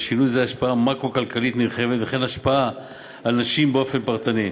לשינוי זה השפעה מקרו-כלכלית נרחבת וכן השפעה על נשים באופן פרטני: